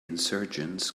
insurgents